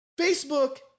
Facebook